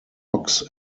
rocks